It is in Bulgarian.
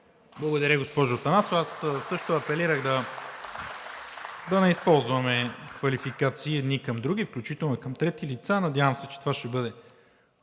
Благодаря, госпожо Атанасова. Аз също апелирах да не използваме квалификации едни към други, включително и към трети лица. Надявам се, че това ще бъде